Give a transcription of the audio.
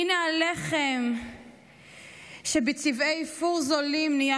/ הינה הלחם שבצבעי איפור זולים נהיה